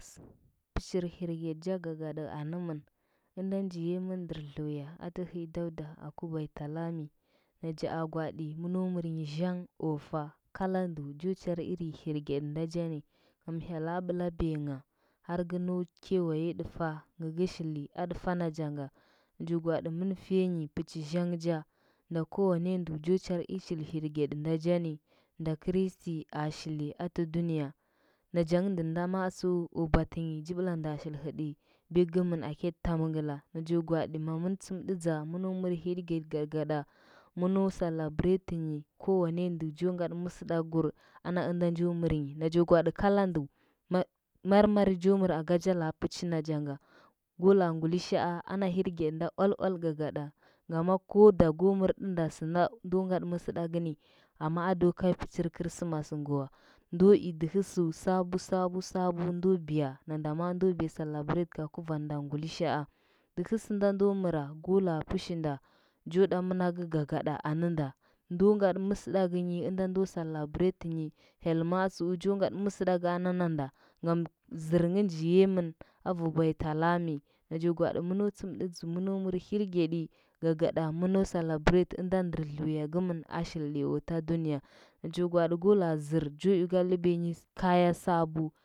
sɚr hirgyaɗi cha gagada anɚmɚn ɚnda nja yiya mɚn nɚɚr dlɚuya, atɚ hɚi dauda aku baitalanyi nacha a gwaɗi mɚno mɚrnyi zheng ofa, kalanda ji chari irin hwgyoɗi nda jani hyela bɚlabengh har ka nau kewaye ɗɚ ta ngɚ ga shili aɗɚ fa nachanga. Naja gwaɗi mɚn fenyi pichi zang ja nda kowendu jo char iri hirgeɗi nda cha ni nol kristi a shili atɚ duniya najange ndɚnda matsu o batɚnyi ji bla nda shil hɚti biki kɚmɚn a keti tamngɚla naja gwaɗi mamɚn tsɚmɗɚdza mɚno celebrate nyi kowane ndu jo ngadɚ mɚsɚdɚkgur ana ɚnda njo mamyi naja gwoɗa alandu mar marmar jo mɚra agaja ha pɚchi najanga ko laa ngulishaa ana hirgeɗi nda ual-ual gagaɗa ngama go da ko mɚrtɚnda sɚnda ndo ngaɗi mɚsɚɗagɚ ni amma ado kai chir rismas nge war ndo i dɚhɚsɚu ndo i dɚhɚsɚu sabu, sabu, sabu ndɚ biya nanda ndo biye ceebrate ka kuvanda ngulishaa dɚhɚ sɚndo ndo mɚra go la pishinda jo ɗa mɚnagɚ gagaɗ anɚnda ndo ngaɗi mɚsɚɗagɚnyi ɚndo celebrate nyi hyel ma tsu jo ngaɗɚ mɚsɚɗɚga nɚ nɚnda, ngam zɚr ngɚ nji yiga mɚn avu baitalami naja gaaɗi mɚno tsɚmɗadza mɚno mɚr hirgeɗi gagaɗa, mɚno celebrate ɚnda ndɚr dluya gɚmɚn a shilɗi ta dunya najo gwaɗi ko la zɚr jo i ka ɗɚibiyanyi kaya sabu.